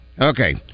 okay